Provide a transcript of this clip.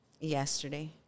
Yesterday